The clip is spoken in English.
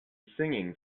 singing